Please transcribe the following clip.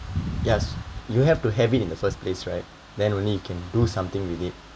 yes you have to have it in the first place right then only you can do something with it